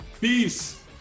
Peace